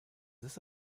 this